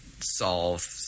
solve –